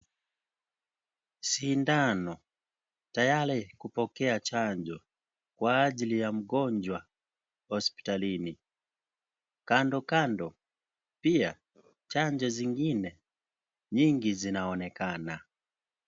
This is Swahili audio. Sindano tayari kupokea chanjo kwa ajili ya mgonjwa hospitalini kando kando pia chanjo zingine nyingi zinaonekana.